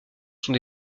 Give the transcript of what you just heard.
sont